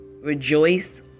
rejoice